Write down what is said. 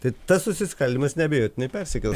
tai tas susiskaldymas neabejotinai persikels